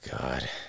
God